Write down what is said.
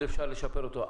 אפשר עוד לשפר אותו,